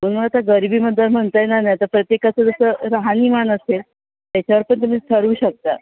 तुम्हाला आता गरीबीबद्दल म्हणता येणार नाही तर प्रत्येकाचं जसं राहणीमान असेल त्याच्यावर पण तुम्ही ठरवू शकता